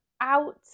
out